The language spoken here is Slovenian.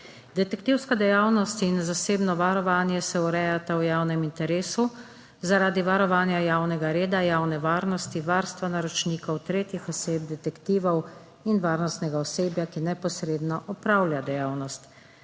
Detektivska dejavnost in zasebno varovanje se urejata v javnem interesu zaradi varovanja javnega reda, javne varnosti, varstva naročnikov, tretjih oseb, detektivov in varnostnega osebja, ki neposredno opravlja dejavnost.